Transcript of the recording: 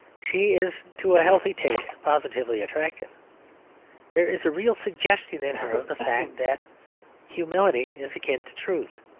she is to a healthy taste positively attractive there is a real suggestion in her of the fact that humility is akin to truth,